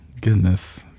goodness